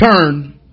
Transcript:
turn